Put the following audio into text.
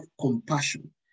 compassion